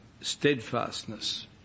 steadfastness